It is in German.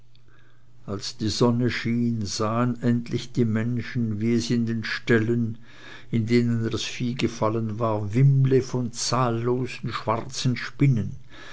als die sonne schien sahen endlich die menschen wie es in den ställen in denen das vieh gefallen war wimmle von zahllosen schwarzen spinnen